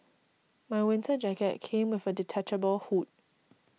my winter jacket came with a detachable hood